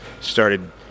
started